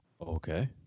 Okay